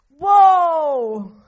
Whoa